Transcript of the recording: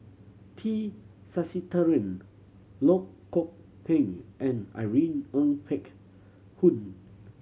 T Sasitharan Loh Kok Heng and Irene Ng Phek Hoong